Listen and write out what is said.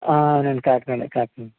అవునండి కాకినాడే కాకినాడ